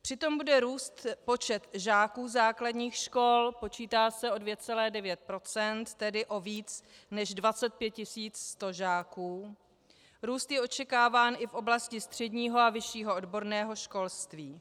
Přitom bude růst počet žáků základních škol, počítá se o 2,9 %, tedy o více než 25 100 žáků, růst je očekáván i v oblasti středního a vyššího odborného školství.